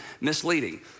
misleading